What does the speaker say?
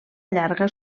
llarga